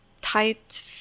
tight